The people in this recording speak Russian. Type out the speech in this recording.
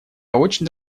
очень